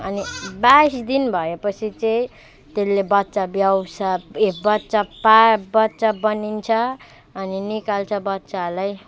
अनि बाइस दिन भएपछि चाहिँ त्यसले बच्चा ब्याउँछ ए बच्चा पाए बच्चा बनिन्छ अनि निकाल्छ बच्चाहरूलाई